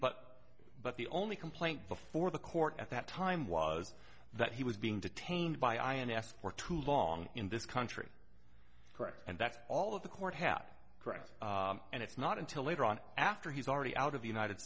but but the only complaint before the court at that time was that he was being detained by ins for too long in this country correct and that's all of the court had correct and it's not until later on after he's already out of the united